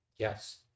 Yes